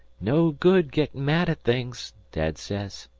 no good gettin' mad at things, dad says.